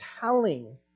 telling